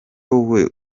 wowe